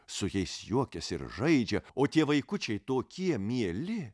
su jais juokiasi ir žaidžia o tie vaikučiai tokie mieli